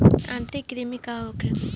आंतरिक कृमि का होखे?